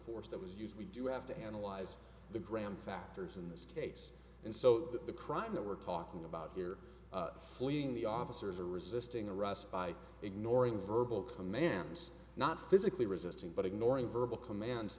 force that was used we do have to analyze the gram factors in this case and so that the crime that we're talking about here fleeing the officers or resisting arrest by ignoring verbal commands not physically resisting but ignoring verbal command